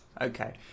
okay